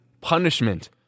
punishment